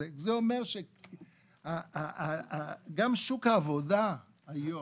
זה אומר שגם שוק העבודה היום,